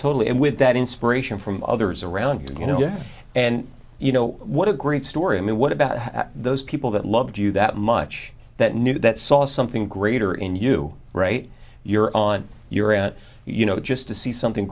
totally and with that inspiration from others around you know and you know what a great story i mean what about those people that loved you that much that knew that saw something greater in you right you're on your at you know just to see something